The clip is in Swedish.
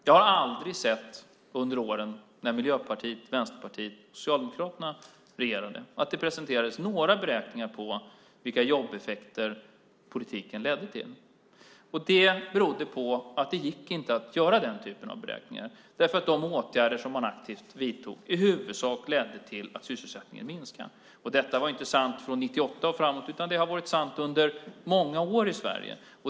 Jag såg aldrig under de år då Miljöpartiet, Vänsterpartiet och Socialdemokraterna regerade att det presenterades några beräkningar på vilka jobbeffekter politiken ledde till. Det berodde på att det inte gick att göra den typen av beräkningar därför att de åtgärder som man aktivt vidtog i huvudsak ledde till att sysselsättningen minskade. Detta var inte sant från år 1998 och framåt, utan det har varit sant under många år i Sverige.